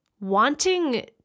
wanting